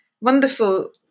wonderful